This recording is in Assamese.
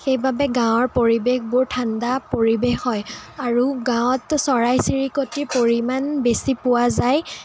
সেইবাবে গাঁৱৰ পৰিৱেশবোৰ ঠাণ্ডা পৰিৱেশ হয় আৰু গাঁৱত চৰাই চিৰিকটিৰ পৰিমাণ বেছি পোৱা যায়